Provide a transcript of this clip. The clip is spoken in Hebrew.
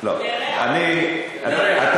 לא לא, רֵעַ, רֵעַ, רֵעַ.